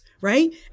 right